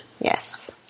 Yes